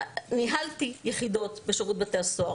ניהלתי יחידות בשירות בתי הסוהר.